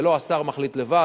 לא השר מחליט לבד,